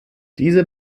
diese